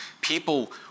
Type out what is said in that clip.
People